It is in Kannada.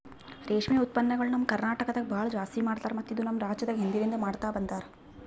ರೇಷ್ಮೆ ಉತ್ಪನ್ನಗೊಳ್ ನಮ್ ಕರ್ನಟಕದಾಗ್ ಭಾಳ ಜಾಸ್ತಿ ಮಾಡ್ತಾರ ಮತ್ತ ಇದು ನಮ್ ರಾಜ್ಯದಾಗ್ ಹಿಂದಿನಿಂದ ಮಾಡ್ತಾ ಬಂದಾರ್